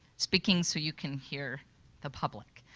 speaking so you can hear the public.